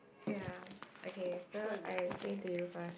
ya okay so I explain to you first